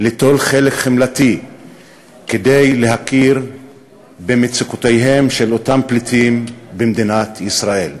ליטול חלק חמלתי כדי להכיר במצוקותיהם של אותם פליטים במדינת ישראל.